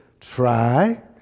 try